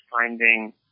finding